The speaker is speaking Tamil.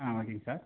ஆ ஓகேங்க சார்